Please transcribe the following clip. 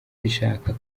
zishaka